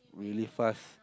really fast